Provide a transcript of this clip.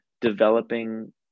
developing